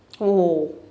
oh